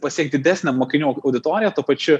pasiekt didesnę mokinių auditoriją tuo pačiu